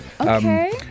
Okay